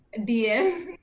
DM